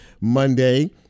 Monday